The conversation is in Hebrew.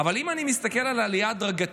אבל אם אני מסתכל על העלייה ההדרגתית,